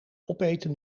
opeten